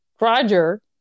Roger